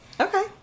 Okay